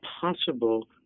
possible